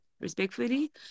respectfully